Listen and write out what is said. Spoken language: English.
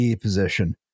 position